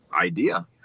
idea